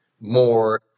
more